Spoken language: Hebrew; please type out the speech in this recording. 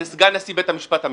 זה סגן נשיא בית המשפט המחוזי.